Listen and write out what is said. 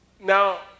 Now